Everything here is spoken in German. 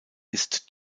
ist